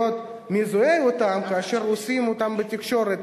מזוהה אתם כאשר עושים אותם בתקשורת,